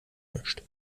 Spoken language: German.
mischt